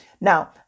now